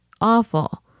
awful